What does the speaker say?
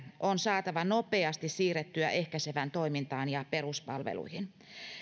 on saatava nopeasti siirrettyä ehkäisevään toimintaan ja peruspalveluihin